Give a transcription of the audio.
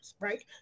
right